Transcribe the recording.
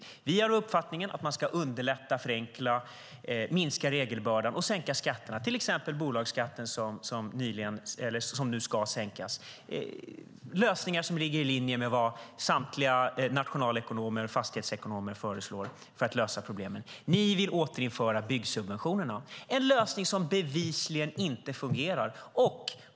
Moderaterna har uppfattningen att man ska underlätta, förenkla, minska regelbördan och sänka skatterna, till exempel bolagsskatten som nu ska sänkas. Det är lösningar som ligger i linje med vad samtliga nationalekonomer och fastighetsekonomer föreslår. Ni vill återinföra byggsubventionerna. Det är en lösning som bevisligen inte fungerar.